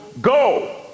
go